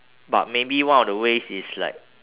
but maybe one of the ways is like